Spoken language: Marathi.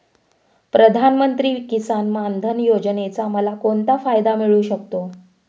प्रधानमंत्री किसान मान धन योजनेचा मला कोणता फायदा मिळू शकतो?